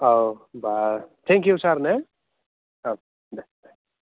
औ होमब्ला thank you sir ने दे